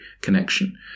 connection